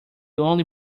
only